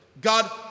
God